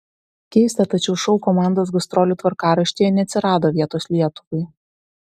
keista tačiau šou komandos gastrolių tvarkaraštyje neatsirado vietos lietuvai